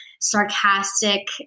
sarcastic